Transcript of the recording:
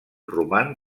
roman